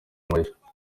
mashya